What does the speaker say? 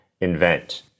invent